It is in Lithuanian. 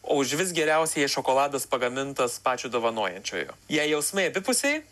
o už vis geriausia jei šokoladas pagamintas pačio dovanojančiojo jei jausmai abipusiai